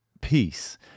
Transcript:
peace